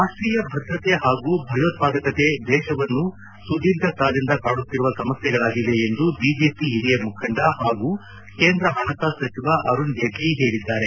ರಾಷ್ಲೀಯ ಭದ್ರತೆ ಹಾಗೂ ಭಯೋತ್ವಾದಕತೆ ದೇಶವನ್ನು ಸುದೀರ್ಘ ಕಾಲದಿಂದ ಕಾಡುತ್ತಿರುವ ಸಮಸ್ಥೆಗಳಾಗಿವೆ ಎಂದು ಬಿಜೆಪಿ ಹಿರಿಯ ಮುಖಂಡ ಹಾಗೂ ಕೇಂದ್ರ ಹಣಕಾಸು ಸಚಿವ ಅರುರ್ಣ ಜೇಟ್ಲ ಹೇಳಿದ್ದಾರೆ